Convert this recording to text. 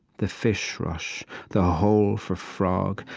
the fish rush the hole for frog,